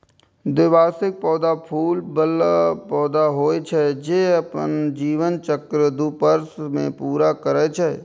द्विवार्षिक पौधा फूल बला पौधा होइ छै, जे अपन जीवन चक्र दू वर्ष मे पूरा करै छै